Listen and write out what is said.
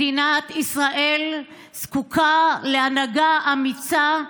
מדינת ישראל זקוקה להנהגה אמיצה,